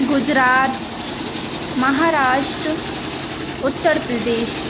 Gujarat Maharashtra Uttar Pradesh